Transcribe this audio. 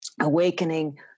awakening